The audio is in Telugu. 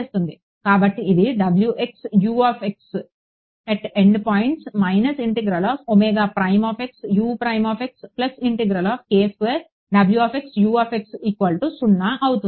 కాబట్టి ఇది అవుతుంది